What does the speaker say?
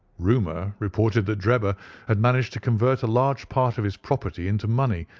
rumour reported that drebber had managed to convert a large part of his property into money,